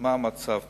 מה מצב המחירים.